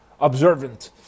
observant